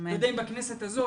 אני לא יודע אם בכנסת הזאת,